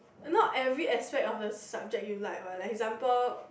not every aspect of the subject you like what like example